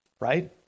right